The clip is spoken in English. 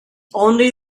only